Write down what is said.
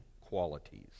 qualities